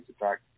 attack